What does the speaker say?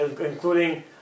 including